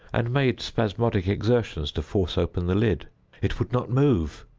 and made spasmodic exertions to force open the lid it would not move.